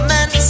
Man